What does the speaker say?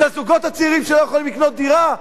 את הזוגות הצעירים שלא יכולים לקנות דירה?